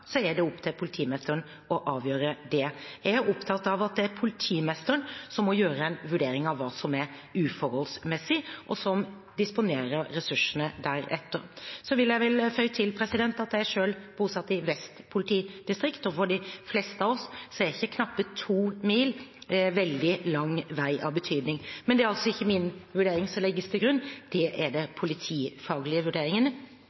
er det opp til politimesteren å avgjøre det. Jeg er opptatt av at det er politimesteren som må gjøre en vurdering av hva som er «uforholdsmessig», og som disponerer ressursene deretter. Så vil jeg føye til at jeg er selv bosatt i Vest politidistrikt, og for de fleste av oss er ikke knappe to mil veldig lang vei av betydning. Men det er ikke min vurdering som legges til grunn. Det er de politifaglige vurderingene som politidistriktet skal gjøre, som avgjør det.